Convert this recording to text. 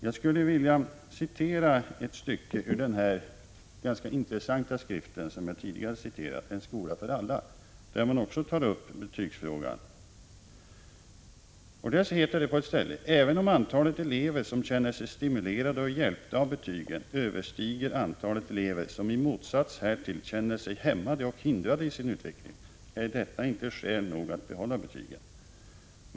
Jag skulle vilja citera ett stycke ur den ganska intressanta skrift som jag tidigare citerat, En skola för alla!, där man också tar upp betygsfrågan: ”Även om antalet elever som känner sig stimulerade och hjälpta av betygen överstiger antalet elever, som i motsats härtill känner sig hämmade och hindrade i sin utveckling, är detta inte skäl nog att behålla betygen.